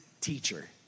teacher